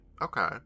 okay